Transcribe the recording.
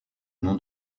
nom